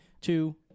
Two